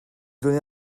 donner